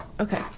Okay